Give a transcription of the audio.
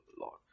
Lord